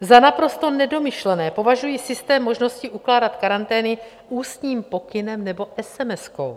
Za naprosto nedomyšlený považuji systém možnosti ukládat karantény ústním pokynem nebo esemeskou.